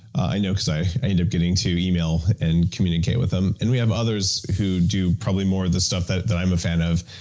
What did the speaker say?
i know because i i end up getting to email and communicate with them, and we have others who do probably more of the stuff that that i'm a fan of,